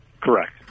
Correct